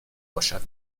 باشد